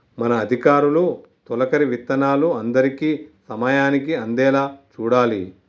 మన అధికారులు తొలకరి విత్తనాలు అందరికీ సమయానికి అందేలా చూడాలి